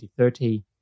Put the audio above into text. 2030